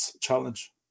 challenge